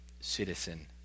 citizen